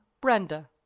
Brenda